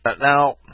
Now